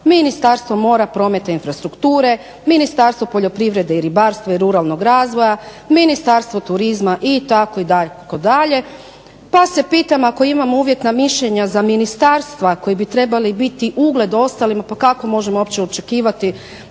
Ministarstvo mora, prometa i infrastrukture, Ministarstvo poljoprivrede i ribarstva i ruralnog razvoja, Ministarstvo turizma itd. itd. Pa se pitam ako imamo uvjetna mišljenja za ministarstva koji bi trebali biti ugled ostalima, pa kako možemo uopće očekivati